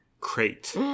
crate